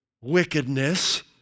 wickedness